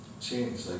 change